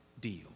deal